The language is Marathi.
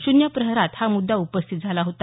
शून्य प्रहरात हा मुद्दा उपस्थित झाला होता